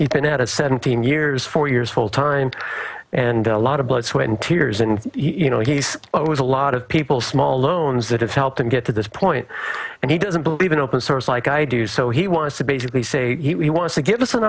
even at his seventeen years four years full time and a lot of blood sweat and tears and you know he's owes a lot of people small loans that have helped him get to this point and he doesn't believe in open source like i do so he wants to basically say he wants to give us an